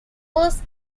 first